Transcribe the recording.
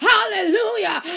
Hallelujah